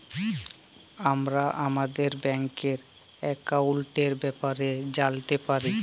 আমরা আমাদের ব্যাংকের একাউলটের ব্যাপারে জালতে পারি